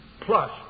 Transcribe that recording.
plus